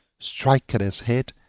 strike at its head,